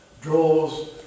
draws